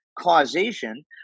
causation